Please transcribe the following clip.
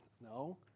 no